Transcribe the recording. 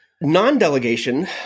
Non-delegation